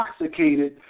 intoxicated